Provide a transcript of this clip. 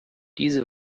diese